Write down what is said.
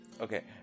okay